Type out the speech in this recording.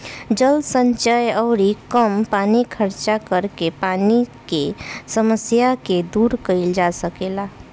जल संचय अउरी कम पानी खर्चा करके पानी के समस्या के दूर कईल जा सकेला